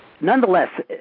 Nonetheless